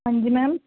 ਹਾਂਜੀ ਮੈਮ